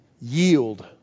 Yield